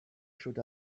should